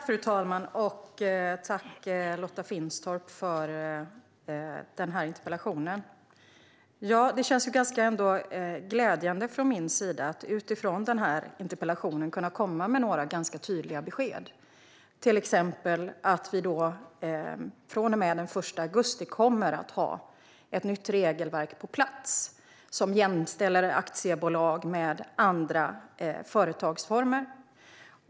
Fru talman! Tack, Lotta Finstorp, för den här interpellationen! Det känns glädjande för mig att kunna komma med några ganska tydliga besked. Till exempel kommer vi att från och med den 1 augusti ha ett nytt regelverk på plats som jämställer aktiebolag med andra företagsformer.